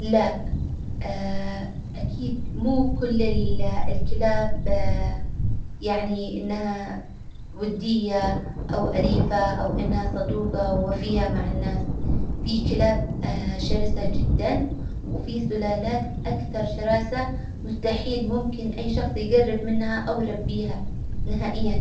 لا أكيد مو كل ال- الكلاب يعني إنها ودية أو أليفة أو إنها صدوجة ووفية مع الناس، في كلاب شرسة جدا، وفي سلالات أكثر شراسة مستحيل ممكن أي شخص يجرب منها أو يربيها نهائيا.